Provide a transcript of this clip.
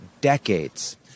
decades